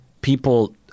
people